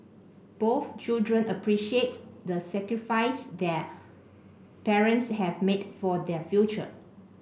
both children appreciate the sacrifice their parents have made for their future